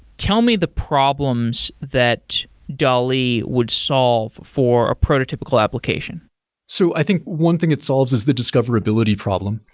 tell me the problems that dali would solve for a prototypical application so i think one thing it solves is the discoverability problem.